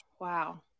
wow